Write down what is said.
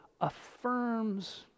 affirms